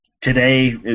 Today